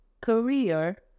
career